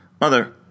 Mother